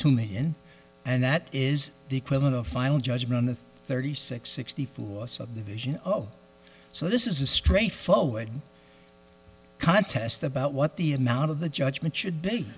two million and that is the equivalent of a final judgment of thirty six sixty four subdivision oh so this is a straightforward contest about what the amount of the judgment should be